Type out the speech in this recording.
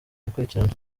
gukurikirana